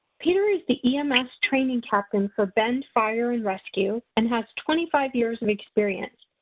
petar is the ems training captain for bend fire and rescue and has twenty-five years of experience.